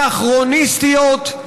אנכרוניסטיות,